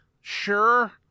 Sure